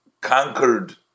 conquered